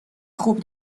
خوب